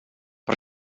per